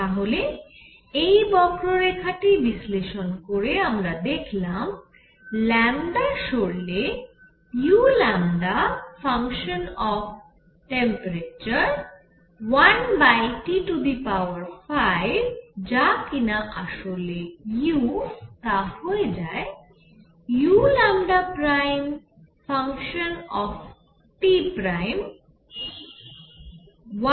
তাহলে এই বক্ররেখা টি বিশ্লেষণ করে আমরা দেখলাম ল্যামডা সরলে u1T5 যা কিনা আসলে u তা হয়ে যায় uλT'1T5